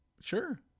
Sure